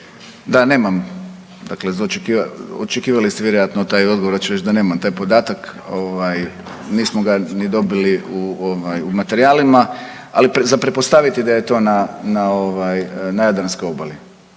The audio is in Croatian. Da, nemam. Dakle očekivali ste vjerojatno taj odgovor. Ja ću reći da nemam taj podatak. Nismo ga niti dobili u materijalima. Ali za pretpostaviti je da je to na Jadranskoj obali.